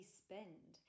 spend